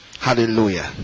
Hallelujah